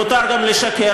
מותר גם לשקר.